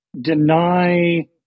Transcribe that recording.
deny